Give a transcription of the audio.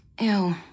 Ew